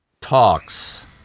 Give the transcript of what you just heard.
talks